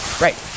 Right